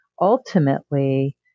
ultimately